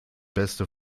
beste